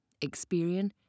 Experian